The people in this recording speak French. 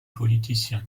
politicien